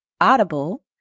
Audible